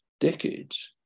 decades